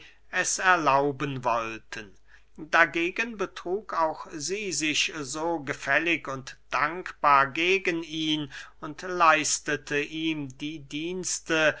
es erlauben wollten dagegen betrug auch sie sich so gefällig und dankbar gegen ihn und leistete ihm die dienste